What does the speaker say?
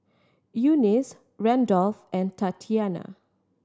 Eunice Randolf and Tatyana